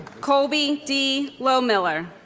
colby d. lowmiller